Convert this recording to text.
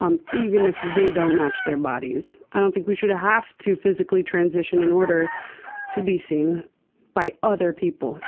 um even if they don't match their bodies. i don't think we should have to physically transition in order to be seen by other people